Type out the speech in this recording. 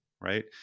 right